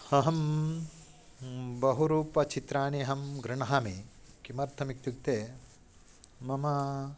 अहं बहुरूपचित्राणि अहं गृह्णामि किमर्थमित्युक्ते ममा